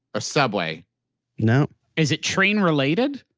or subway no is it train related?